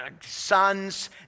sons